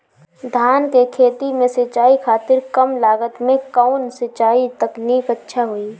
धान के खेती में सिंचाई खातिर कम लागत में कउन सिंचाई तकनीक अच्छा होई?